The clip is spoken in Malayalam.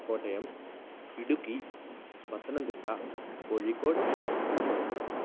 കോട്ടയം ഇടുക്കി പത്തനംതിട്ട കോഴിക്കോട് കണ്ണൂർ